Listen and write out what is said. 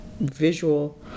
visual